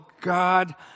God